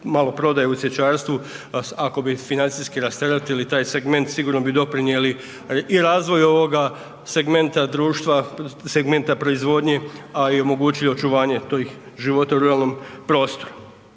maloprodaju u cvjećarstvu, ako bi financijski rasteretili taj segment sigurno bi doprinijeli i razvoju ovoga segmenta društva, segmenta proizvodnje, a i omogućili očuvanje tih života u ruralnom prostoru.